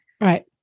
right